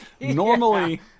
normally